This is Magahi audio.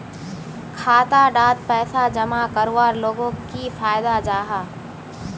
खाता डात पैसा जमा करवार लोगोक की फायदा जाहा?